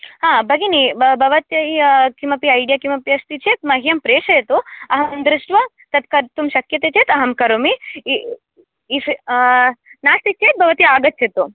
भगिनी भवत्यै ऐडिया किम् अपि अस्ति चेद् मह्यं प्रेषयतु अहं तद् दृष्ट्वा कर्तुं शक्यते चेद् अहं करोमि नास्ति चेद् भवति आगच्छतु